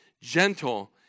Gentle